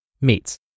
Meats